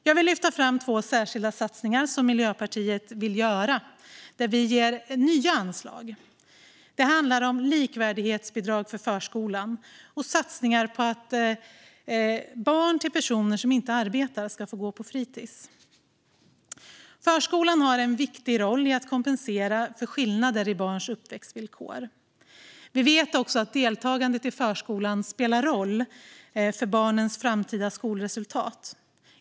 Jag vill lyfta fram två särskilda satsningar som Miljöpartiet vill göra och där vi ger nya anslag. Det handlar om likvärdighetsbidrag för förskolan och satsningar på att barn till personer som inte arbetar ska få gå på fritis. Förskolan har en viktig roll i att kompensera för skillnader i barns uppväxtvillkor. Deltagandet i förskola spelar roll för barnens framtida skolresultat.